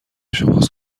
شماست